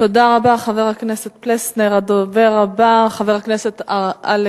תודה רבה, חבר הכנסת פלסנר.